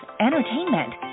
entertainment